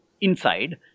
inside